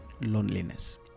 loneliness